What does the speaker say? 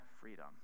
freedom